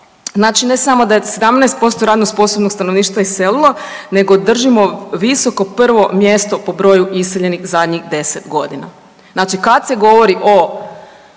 Znači ne samo da je 17% radno sposobnog stanovništva iselilo, nego držimo visoko 1. mjesto po broju iseljenih zadnjih 10 godina. Znači kad se govori o